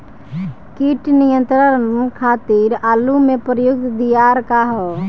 कीट नियंत्रण खातिर आलू में प्रयुक्त दियार का ह?